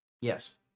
Yes